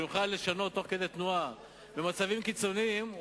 שנוכל לשנות תוך כדי תנועה במצבים קיצוניים,